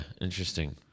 interesting